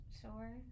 Sure